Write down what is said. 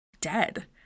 dead